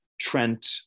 Trent